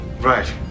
Right